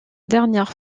dernière